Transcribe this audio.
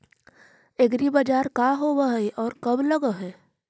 एग्रीबाजार का होब हइ और कब लग है?